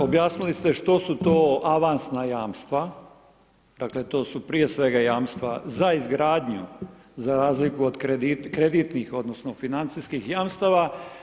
Objasnili ste što su to avansna jamstva, to su prije svega jamstva za izgradnju, za razliku od kreditnih odnosno financijskih jamstava.